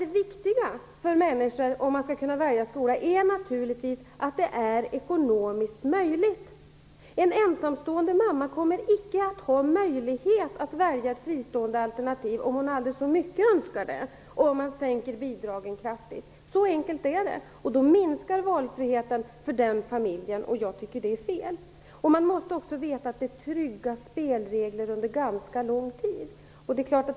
Det viktiga för föräldrarna om de skall kunna välja skola är naturligtvis att de har de ekonomiska möjligheterna. En ensamstående mamma kommer inte att ha möjlighet att välja en fristående skola hur mycket hon än önskar det, om man kraftigt sänker bidragen. Så enkelt är det. Om man sänker bidragen minskar valfriheten för den familjen, och det tycker jag är fel. Man måste också veta att man har trygga spelregler under ganska lång tid.